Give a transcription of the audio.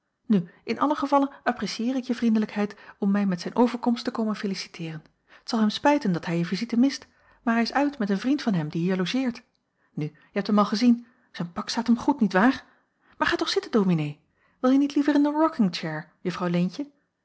nu in allen gevalle apprécieer ik je vriendelijkheid om mij met zijn overkomst te komen feliciteeren t zal hem spijten dat hij je visite mist maar hij is uit met een vriend van hem die hier logeert nu je hebt hem al gezien zijn pak staat hem goed niet waar maar ga toch zitten dominee wilje niet liever in de rockingchair juffrouw leentje